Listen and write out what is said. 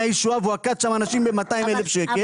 הישועה והוא עקץ שם אנשים ב-200,000 שקל.